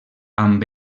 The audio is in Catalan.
amb